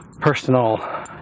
personal